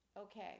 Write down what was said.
Okay